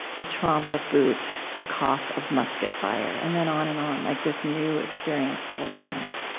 the tromp of boots, the cough of musket fire. and then on and on, like this new experience for the land.